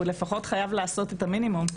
הוא לפחות חייב לעשות את המינימום.